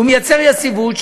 הוא יוצר יציבות,